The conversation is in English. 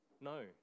No